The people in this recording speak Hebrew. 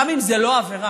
גם אם זה לא עבירה,